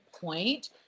point